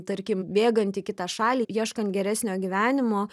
tarkim bėgant į kitą šalį ieškant geresnio gyvenimo